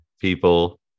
people